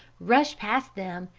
rush past them,